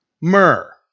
Myrrh